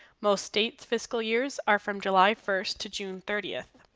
most state's fiscal years are from july first to june thirtieth.